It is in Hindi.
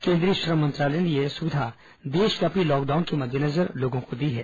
केंद्रीय श्रम मंत्रालय ने यह सुविधा देशव्यापी लॉकडाउन के मद्देनजर लोगों को दी है